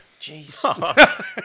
jeez